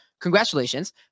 congratulations